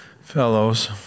fellows